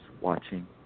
watching